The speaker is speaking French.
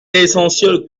essentiel